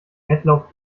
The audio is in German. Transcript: wettlauf